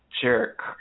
jerk